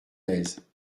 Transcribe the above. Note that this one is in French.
aise